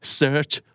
search